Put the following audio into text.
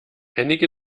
einige